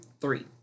three